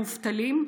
מובטלים,